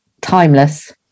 timeless